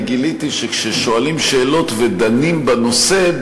אני גיליתי שכששואלים שאלות ודנים בנושא,